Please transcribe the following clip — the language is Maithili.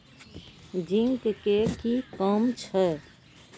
जिंक के कि काम छै?